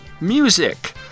music